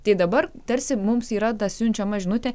tai dabar tarsi mums yra ta siunčiama žinutė